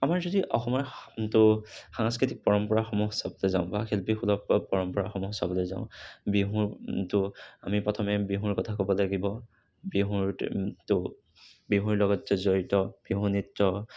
আমাৰ যদি অসমৰ যিটো সাংস্কৃতিক পৰম্পৰাসমূহ চাবলৈ যাওঁ বা শিল্পীসুলভ পৰম্পৰাসমূহ চাবলৈ যাওঁ বিহুটো আমি প্ৰথমে বিহুৰ কথা ক'ব লাগিব বিহু তো বিহুৰ লগত জড়িত বিহুনৃত্য